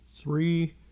three